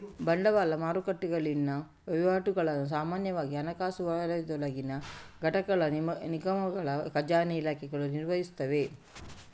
ಬಂಡವಾಳ ಮಾರುಕಟ್ಟೆಗಳಲ್ಲಿನ ವಹಿವಾಟುಗಳನ್ನು ಸಾಮಾನ್ಯವಾಗಿ ಹಣಕಾಸು ವಲಯದೊಳಗಿನ ಘಟಕಗಳ ನಿಗಮಗಳ ಖಜಾನೆ ಇಲಾಖೆಗಳು ನಿರ್ವಹಿಸುತ್ತವೆ